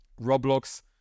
roblox